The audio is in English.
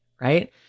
right